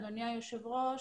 אדוני היושב ראש,